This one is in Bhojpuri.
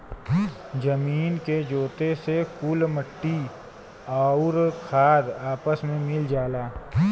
जमीन के जोते से कुल मट्टी आउर खाद आपस मे मिल जाला